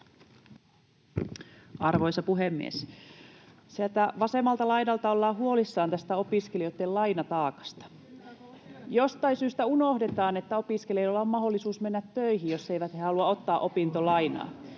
Arvoisa puhemies! Sieltä vasemmalta laidalta ollaan huolissaan tästä opiskelijoitten lainataakasta. [Vasemmalta: Kyllä!] Jostain syystä unohdetaan, että opiskelijoilla on mahdollisuus mennä töihin, jos he eivät halua ottaa opintolainaa.